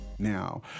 Now